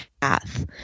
path